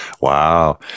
Wow